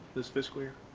this fiscal year.